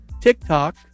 TikTok